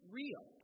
real